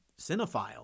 cinephile